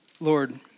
Lord